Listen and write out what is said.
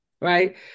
right